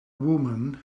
woman